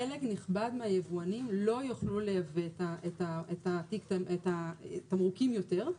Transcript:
חלק נכבד מהיבואנים לא יוכלו לייבא את התמרוקים יותר.